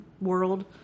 world